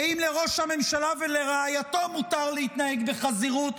כי אם לראש הממשלה ולרעייתו מותר להתנהג בחזירות,